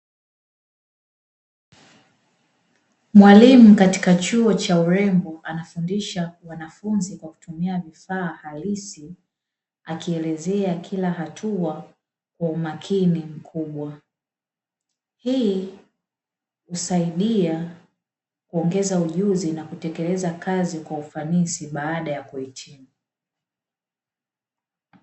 Mwalimu katika chuo cha urembo anafundisha wanafunzi kwa kutumia vifaa halisi, akielezea kila hatua kwa umakini mkubwa. Hii husaidia kuongeza ujuzi na kutekeleza kazi kwa ufanisi baada ya kuhitimu.